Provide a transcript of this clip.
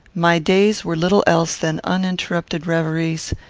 my days were little else than uninterrupted reveries,